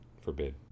forbid